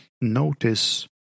notice